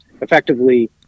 effectively